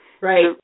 Right